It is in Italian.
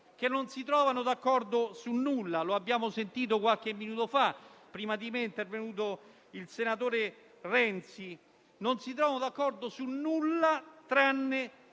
che non si trovano d'accordo su nulla. Come abbiamo sentito qualche minuto fa quando prima di me è intervenuto il senatore Renzi, non si trovano d'accordo su nulla, tranne